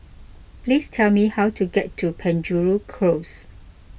please tell me how to get to Penjuru Close